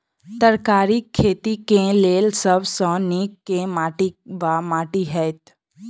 तरकारीक खेती केँ लेल सब सऽ नीक केँ माटि वा माटि हेतै?